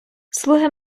слуги